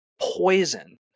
poison